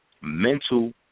mental